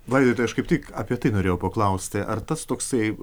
va ir aš kaip tik apie tai norėjau paklausti ar tas toksai